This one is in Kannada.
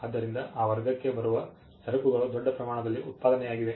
ಆದ್ದರಿಂದ ಈ ವರ್ಗಕ್ಕೆ ಬರುವ ಸರಕುಗಳು ದೊಡ್ಡ ಪ್ರಮಾಣದಲ್ಲಿ ಉತ್ಪಾದನೆಯಾಗಿವೆ